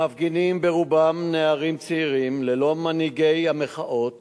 המפגינים, ברובם נערים צעירים ללא מנהיגי המחאות